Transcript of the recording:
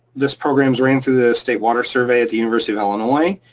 this program's ran through the state water survey at the university of illinois,